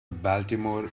baltimore